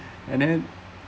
and then